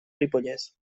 ripollès